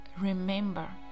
remember